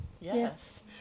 Yes